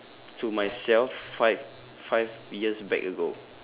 to myself five five years back ago